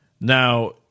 Now